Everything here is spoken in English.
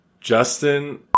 Justin